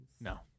No